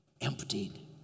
emptied